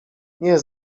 nie